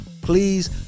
Please